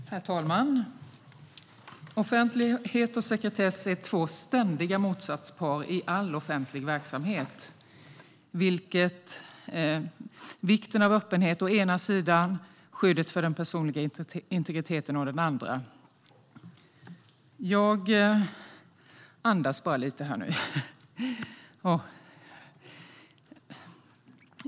Herr talman! Offentlighet och sekretess är två ständiga motsatspar i all offentlig verksamhet, vilket vikten av öppenhet å ena sidan och skyddet för den personliga integriteten å den andra sidan visar.